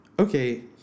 okay